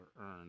earned